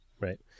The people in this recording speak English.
Right